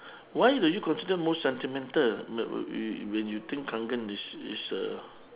why do you consider most sentimental when you think kangen is is a